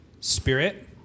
Spirit